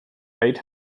eight